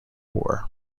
war